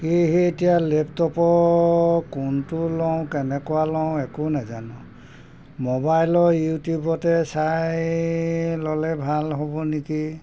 সেয়েহে এতিয়া লেপটপৰ কোনটো লওঁ কেনেকুৱা লওঁ একো নাজানো মোবাইলৰ ইউটিউবতে চাই ল'লে ভাল হ'ব নেকি